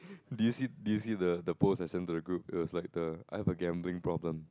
do you see do you see the the post I sent to the group that was like the I have a gambling problem